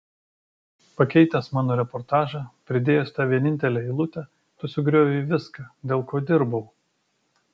pakeitęs mano reportažą pridėjęs tą vienintelę eilutę tu sugriovei viską dėl ko dirbau